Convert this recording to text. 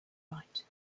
right